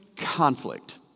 conflict